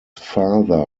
father